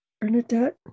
Bernadette